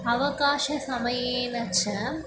अवकाशसमयेन च